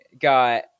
got